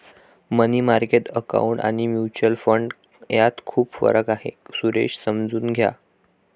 मनी market account आणि mutual fund यात खूप फरक आहे, सुरेश समजून घ्या